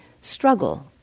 struggle